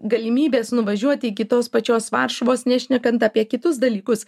galimybės nuvažiuoti iki tos pačios varšuvos nešnekant apie kitus dalykus